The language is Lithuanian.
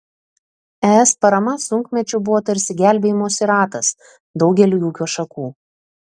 es parama sunkmečiu buvo tarsi gelbėjimosi ratas daugeliui ūkio šakų